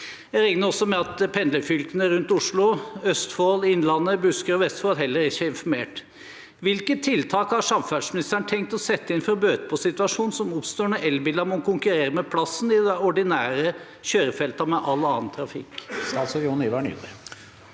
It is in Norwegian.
Jeg regner også med at pendlerfylkene rundt Oslo – Østfold, Innlandet, Buskerud og Vestfold – heller ikke er informert. Hvilke tiltak har samferdselsministeren tenkt å sette inn for å bøte på situasjonen som oppstår når elbilene må konkurrere om plassen i de ordinære kjørefeltene med all annen trafikk?